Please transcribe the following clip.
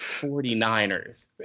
49ers